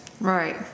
Right